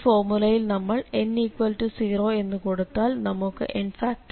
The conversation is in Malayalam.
ഈ ഫോർമുലയിൽ നമ്മൾ n0 എന്നു കൊടുത്താൽ നമുക്ക് n